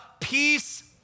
peace